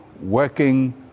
working